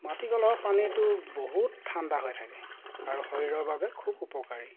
মাটি কলহৰ পানীটো বহুত ঠাণ্ডা হৈ থাকে আৰু শৰীৰৰ বাবে খুব উপকাৰী